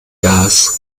gas